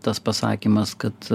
tas pasakymas kad